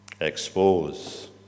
expose